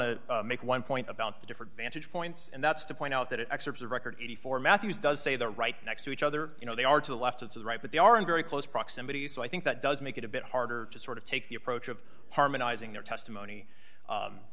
to make one point about the different vantage points and that's to point out that excerpts of record eighty four dollars matthews does say that right next to each other you know they are to the left of the right but they are in very close proximity so i think that does make it a bit harder to sort of take the approach of harmonizing their testimony